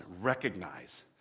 Recognize